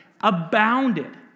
abounded